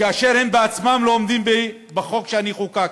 כאשר הם בעצמם לא עומדים בחוק שחוקקתי.